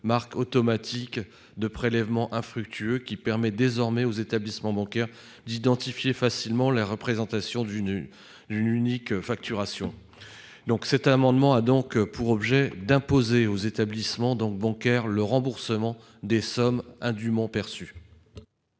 marque automatique » des prélèvements infructueux, qui permet désormais aux établissements bancaires d'identifier facilement la répétition d'une même facturation. Cet amendement a donc pour objet d'imposer à ces établissements le remboursement des sommes indûment perçues.